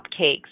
cupcakes